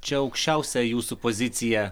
čia aukščiausia jūsų pozicija